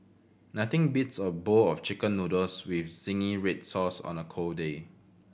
nothing beats a bowl of Chicken Noodles with zingy red sauce on a cold day